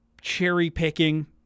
cherry-picking